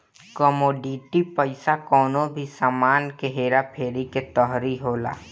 commodity पईसा कवनो भी सामान के हेरा फेरी के तरही होला